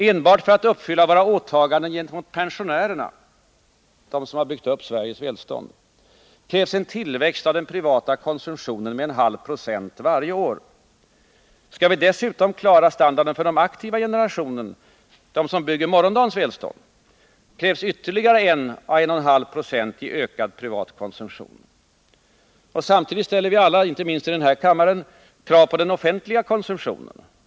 Enbart för att uppfylla våra åtaganden gentemot pensionärerna — de som byggt upp Sveriges välstånd — krävs en tillväxt av den privata konsumtionen med en halv procent per år. Skall vid dessutom klara standarden för den aktiva generation som bygger morgondagens välstånd, krävs ytterligare 1 å 1,5 20 i ökad privat konsumtion. Samtidigt ställer vi alla, inte minst i den här kammaren, krav på den offentliga konsumtionen.